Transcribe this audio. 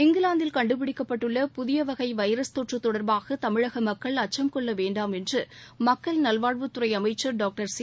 இங்கிலாந்தில் கண்டுபிடிக்கப்பட்டுள்ள புதிய வகை வைரஸ் தொற்று தொடர்பாக தமிழக மக்கள் அச்சம் கொள்ளத் தேவையில்லை என்று மக்கள் நல்வாழ்வுத்துறை அமைச்சர் டாக்டர் சி